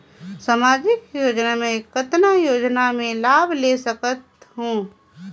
समाजिक योजना मे कतना योजना मे लाभ ले सकत हूं?